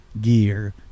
gear